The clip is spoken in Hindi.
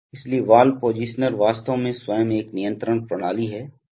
इसलिए वाल्व पॉजिशनर वास्तव में स्वयं एक नियंत्रण प्रणाली है